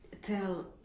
tell